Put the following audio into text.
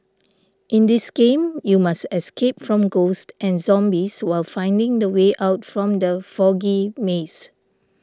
in this game you must escape from ghosts and zombies while finding the way out from the foggy maze